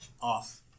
off